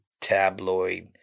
tabloid